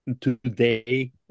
today